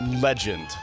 legend